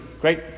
great